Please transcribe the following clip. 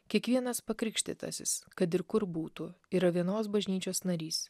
kiekvienas pakrikštytasis kad ir kur būtų yra vienos bažnyčios narys